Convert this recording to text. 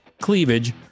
cleavage